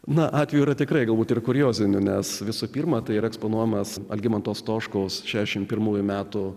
na atvejų yra tikrai galbūt ir kuriozinių nes visų pirma tai yra eksponuojamas algimanto stoškaus šešiasdešim pirmųjų metų